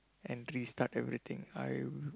and restart everything I w~